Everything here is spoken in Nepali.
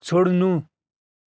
छोड्नु